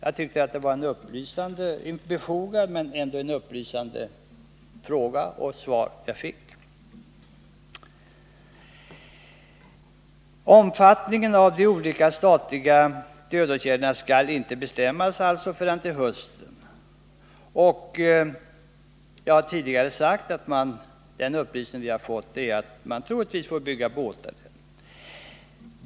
— Jag tycker att min fråga var befogad och att det var ett upplysande svar jag fick.